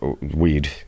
weed